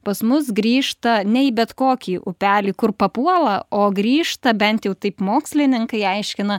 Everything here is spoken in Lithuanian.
pas mus grįžta ne į bet kokį upelį kur papuola o grįžta bent jau taip mokslininkai aiškina